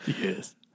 Yes